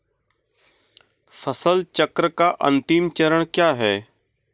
फसल चक्र का अंतिम चरण क्या है?